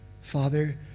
Father